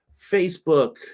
Facebook